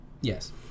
yes